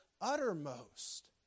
uttermost